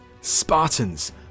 spartans